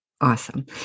Awesome